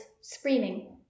screaming